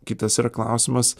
kitas klausimas